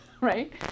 Right